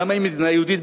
למה היא מדינה יהודית?